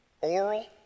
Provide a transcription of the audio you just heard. oral